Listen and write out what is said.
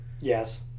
yes